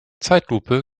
zeitlupe